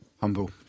Humble